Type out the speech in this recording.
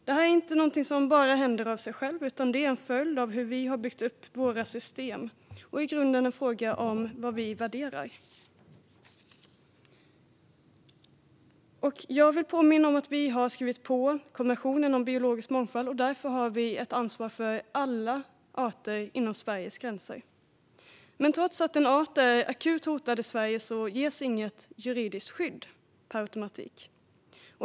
Detta är inget som bara händer av sig självt, utan det är en följd av hur vi har byggt upp våra system, i grunden en fråga om vad vi värderar. Jag vill påminna om att vi har skrivit på konventionen om biologisk mångfald. Därför har vi ett ansvar för alla arter inom Sveriges gränser. Trots att en art är akut hotad i Sverige ges dock inget juridiskt skydd per automatik.